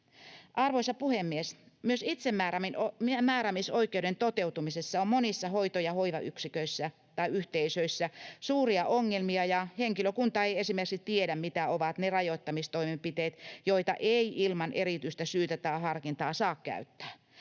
Arvoisa puhemies! Myös itsemääräämisoikeuden toteutumisessa on monissa hoito- ja hoivayksiköissä tai -yhteisöissä suuria ongelmia, ja henkilökunta ei esimerkiksi tiedä, mitä ovat ne rajoittamistoimenpiteet, joita ei ilman erityistä syytä tai harkintaa saa käyttää.